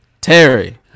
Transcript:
Terry